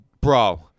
Bro